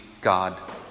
God